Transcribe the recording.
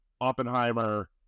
Oppenheimer